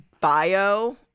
bio